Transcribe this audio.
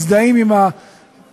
מזדהים עם המרצחים,